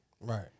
right